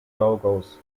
logos